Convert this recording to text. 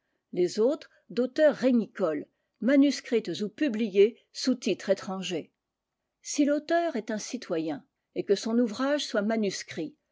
les autres d'auteurs régnicole manuscrites ou publiées sous titre étranger si l'auteur est un citoyen et que son ouvrage soit manuscrit